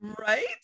right